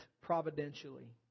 providentially